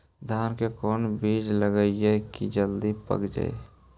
धान के कोन बिज लगईयै कि जल्दी पक जाए?